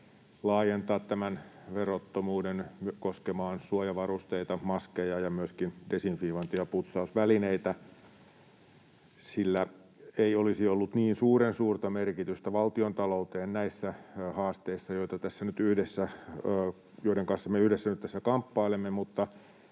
laajentaa tämän verottomuuden koskemaan suojavarusteita, maskeja ja myöskin desinfiointi- ja putsausvälineitä. Sillä ei olisi ollut niin suuren suurta merkitystä valtiontaloudessa näissä haasteissa, joiden kanssa me yhdessä nyt tässä kamppailemme,